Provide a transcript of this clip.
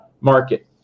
market